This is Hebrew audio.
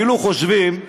כאילו חושבים,